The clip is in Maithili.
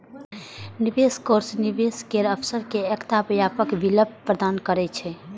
निवेश कोष निवेश केर अवसर के एकटा व्यापक विकल्प प्रदान करै छै